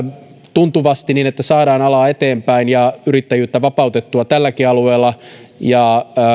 tuntuvasti niin että saadaan alaa eteenpäin ja yrittäjyyttä vapautettua tälläkin alueella ja